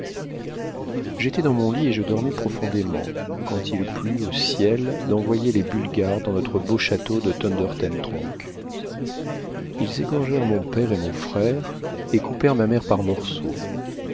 j'étais dans mon lit et je dormais profondément quand il plut au ciel d'envoyer les bulgares dans notre beau château de thunder ten tronckh ils égorgèrent mon père et mon frère et coupèrent ma mère par morceaux